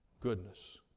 goodness